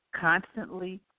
constantly